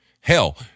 Hell